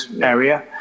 area